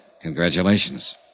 Congratulations